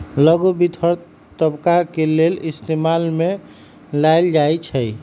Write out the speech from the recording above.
लघु वित्त हर तबका के लेल इस्तेमाल में लाएल जाई छई